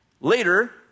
later